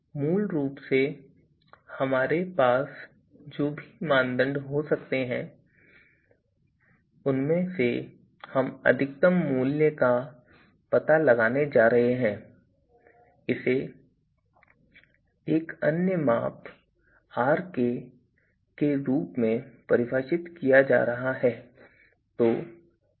मूल रूप से हमारे पास जो भी मानदंड हो सकते हैं उनमें से हम अधिकतम मूल्य का पता लगाने जा रहे हैं और इसे एक अन्य माप Rk के रूप में परिभाषित किया जा रहा है